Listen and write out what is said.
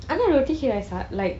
I like roti kirai like